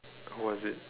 what is it